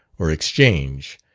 or exchange,